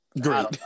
great